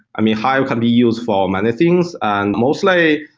i mean, hive can be used for many things. mostly,